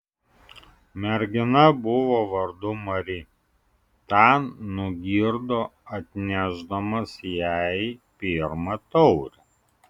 mergina buvo vardu mari tą nugirdo atnešdamas jai pirmą taurę